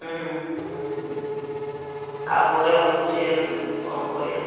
ହୁଁ ୟା ପରେ ଭାବୁଛି ଆଉ କ'ଣ କରିବା